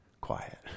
quiet